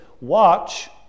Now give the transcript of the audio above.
watch